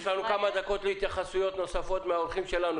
יש לנו כמה דקות להתייחסויות נוספות מהאורחים שלנו.